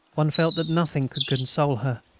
one felt that nothing could console her,